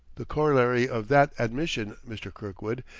the corollary of that admission, mr. kirkwood,